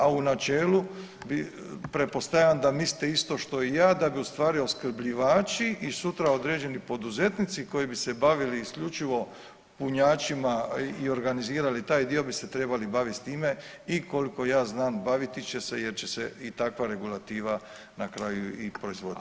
A u načelu pretpostavljam da mislite isto što i ja da bi u stvari opskrbljivači i sutra određeni poduzetnici koji bi se bavili isključivo punjačima i organizirali taj dio bi se trebali bavit s time i koliko ja znam baviti će se jer će se i takva regulativa na kraju i proizvoditi.